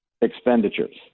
expenditures